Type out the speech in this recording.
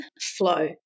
flow